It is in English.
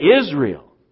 Israel